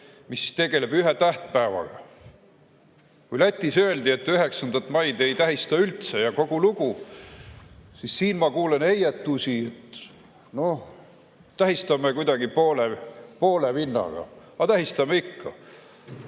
mis tegeleb ühe tähtpäevaga. Kui Lätis öeldi, et 9. maid ei tähistata üldse ja kogu lugu, siis siin ma kuulen heietusi, noh, tähistame kuidagi poole vinnaga, aga tähistame ikka.